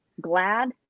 glad